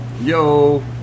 Yo